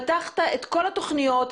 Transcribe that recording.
פתחת את כל התכניות,